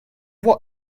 what